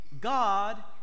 God